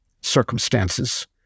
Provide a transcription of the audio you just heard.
circumstances